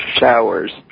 showers